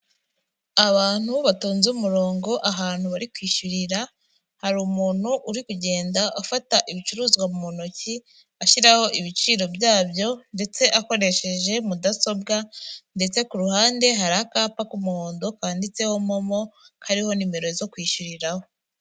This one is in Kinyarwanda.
Abantu batonze umurongo ahantu bari kwishyurira, hari umuntu uri kugenda afata ibicuruzwa mu ntoki, ashyiraho ibiciro byabyo ndetse akoresheje mudasobwa ndetse ku ruhande hari akapa k'umuhondo kanditseho momo kariho nimero zo kwishyuriraho.